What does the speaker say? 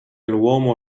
l’uomo